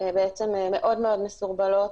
בעצם מאוד מסורבלות.